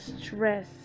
stress